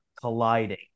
colliding